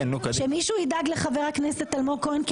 שמישהו ידאג לחבר הכנסת אלמוג כהן כי